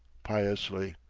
piously.